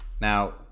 now